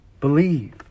Believe